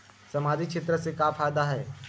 सामजिक क्षेत्र से का फ़ायदा हे?